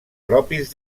propis